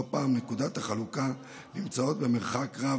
לא פעם נקודות החלוקה נמצאות במרחק רב